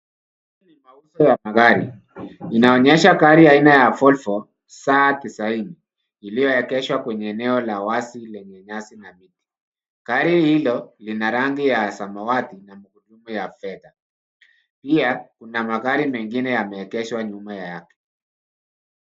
Hii ni mauzo ya magari inaonyesha gari aina ya Volvo C tisa nne iliyoegeshwa kwenye eneo la wazi lenye nyasi na miti. Gari hilo lina rangi ya samawati na milango ya fedha pia kuna magari mengine yameegeshwa nyuma yake.